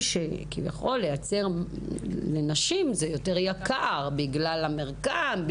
שלייצר לנשים זה יותר יקר בגלל המרקם.